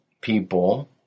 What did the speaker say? people